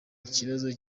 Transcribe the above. ikibazo